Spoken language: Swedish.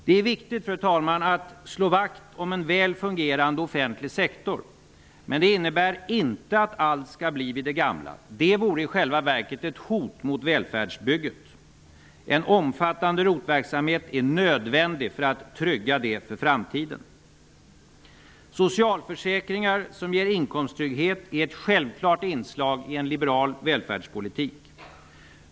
Det är viktigt att slå vakt om en väl fungerande offentlig sektor. Men det innebär inte att allt skall bli vid det gamla. Det vore i själva verket ett hot mot välfärdsbygget. En omfattande ''ROT verksamhet'' är nödvändig för att trygga det för framtiden. Socialförsäkringar som ger inkomsttrygghet är ett självklart inslag i en liberal välfärdspolitik.